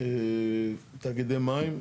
תאגידי מים,